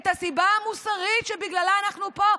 את הסיבה המוסרית שאנחנו פה,